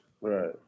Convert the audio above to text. Right